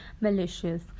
malicious